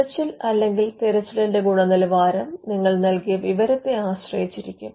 തിരച്ചിൽ അല്ലെങ്കിൽ തിരച്ചിലിന്റെ ഗുണനിലവാരം നിങ്ങൾ നൽകിയ വിവരത്തെ ആശ്രയിച്ചിരിക്കും